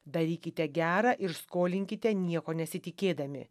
darykite gera ir skolinkite nieko nesitikėdami